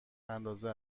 اندازه